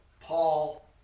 Paul